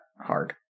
hard